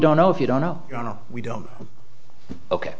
don't know if you don't know you know we don't ok